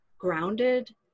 grounded